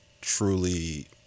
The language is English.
truly